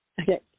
Okay